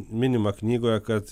minima knygoje kad